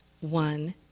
one